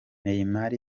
neymar